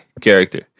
character